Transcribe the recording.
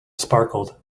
sparkled